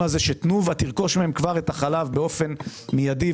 שתנובה תרכוש מהם את החלב באופן מיידי,